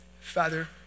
Father